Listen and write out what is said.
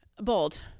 bold